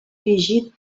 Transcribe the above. dirigit